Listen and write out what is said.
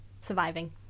surviving